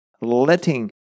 letting